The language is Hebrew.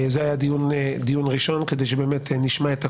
זה היה דיון ראשון כדי שנשמע את הקולות.